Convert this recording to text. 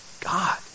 God